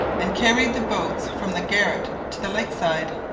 and carried the boats from the garret to the lakeside.